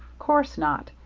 course not.